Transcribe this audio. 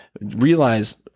realize